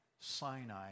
Sinai